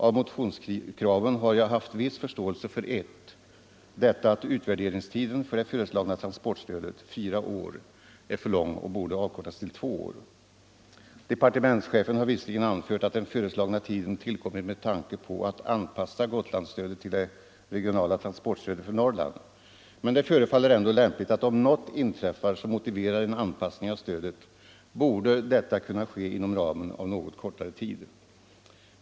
Av motionskraven har jag haft viss förståelse för ett — detta att utvärderingstiden för det föreslagna transportstödet, fyra år, är för långt och borde avkortas till två år. Departementschefen har visserligen anfört att den föreslagna tiden tillkommit med tanke på att anpassa Gotlandsstödet till det regionala transportstödet för Norrland, men det förefaller ändå lämpligt att om något inträffar som motiverar en anpassning av stödet borde detta kunna ske inom ramen av något kortare tid.